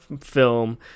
film